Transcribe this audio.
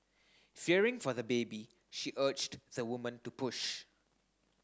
fearing for the baby she urged the woman to push